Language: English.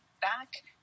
back